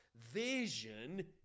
vision